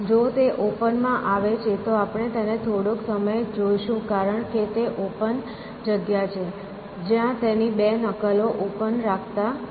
જો તે ઓપનમાં આવે છે તો આપણે તેને થોડોક સમય જોશું કારણ કે તે ઓપન જગ્યા છે જ્યાં તેની બે નકલો ઓપન રાખતા નથી